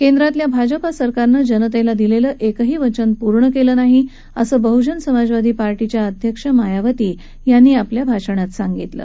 केंद्रातल्या भाजपा सरकारनं जनतली दिलसीएकही वचन पूर्ण कळि नाही असं बहुजन समाजवादी पक्षाच्या अध्यक्ष मायावती यांनी आपल्या भाषणात सांगितलं